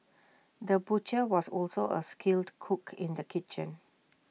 the butcher was also A skilled cook in the kitchen